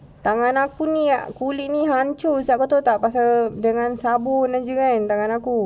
tangan aku ni kulit ini hancur sia kau tahu tak pasal dengan sabun dengan aku